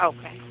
Okay